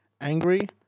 angry